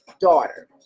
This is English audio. Daughter